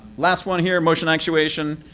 last one here motion actuation.